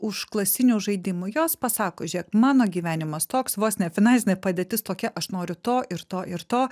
užklasinių žaidimų jos pasako žiūrėk mano gyvenimas toks vos ne finansinė padėtis tokia aš noriu to ir to ir to